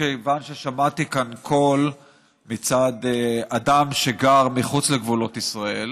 מכיוון ששמעתי כאן קול מצד אדם שגר מחוץ לגבולות ישראל,